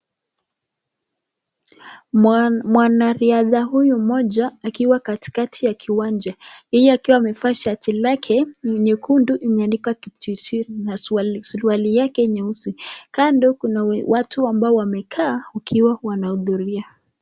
Mwanariadha huyu mmoja akiwa katikati ya kiwanja, yeye akiwa amevaa shati lake nyekundu imeandikwa Kipchirchir na suruali yake nyeusi. Kando kuna watu ambao wamekaa wakiwa wanahudhuria.